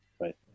Right